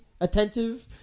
attentive